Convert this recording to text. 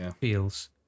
feels